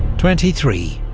twenty three.